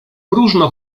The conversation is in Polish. próżno